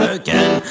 again